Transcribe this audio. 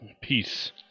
peace